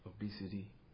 Obesity